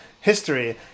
history